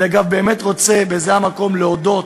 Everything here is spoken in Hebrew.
אני, אגב, באמת רוצה בזה המקום להודות